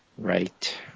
Right